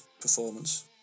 performance